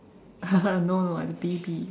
no no as B B